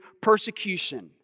persecution